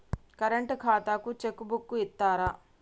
Current ఖాతాకు cheque book ఇత్తరా?